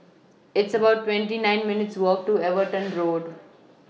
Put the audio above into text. It's about twenty nine minutes' Walk to Everton Road